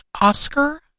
Oscar